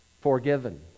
forgiven